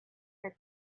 are